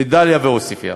לדאליה ועוספיא.